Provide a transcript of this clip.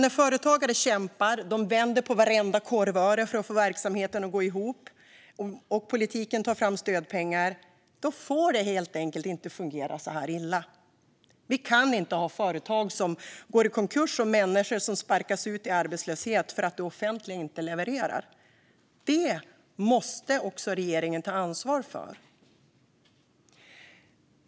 När företagare kämpar och vänder på vartenda korvöre för att få verksamheten att gå ihop och politiken tar fram stödpengar får det helt enkelt inte fungera så här illa. Vi kan inte ha företag som går i konkurs och människor som sparkas ut i arbetslöshet därför att det offentliga inte levererar. Detta måste regeringen ta ansvar för.